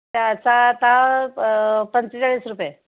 त्याचा आता प पंचेचाळीस रुपये